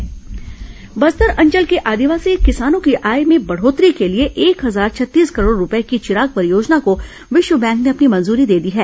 चिराग परियोजना बस्तर अंचल के आदिवासी किसानों की आय में बढ़ोतरी के लिए एक हजार छत्तीस करोड़ रूपए की चिराग परियोजना को विश्व बैंक ने अपनी मंजूरी दे दी है